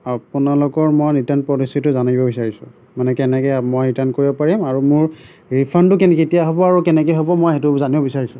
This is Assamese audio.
আপোনালোকৰ মই ৰিটাৰ্ণ পলিচিটো জানিব বিচাৰিছোঁ মানে কেনেকৈ মই ৰিটাৰ্ণ কৰিব পাৰিম আৰু মোৰ ৰিফাণ্ডটো কেনেকৈ কেতিয়া হ'ব আৰু কেনেকৈ হ'ব মই সেইটো জানিব বিচাৰিছোঁ